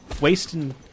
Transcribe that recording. wasting